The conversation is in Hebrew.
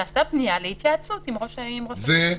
נעשתה פנייה להתייעצות עם ראש הרשות המקומית.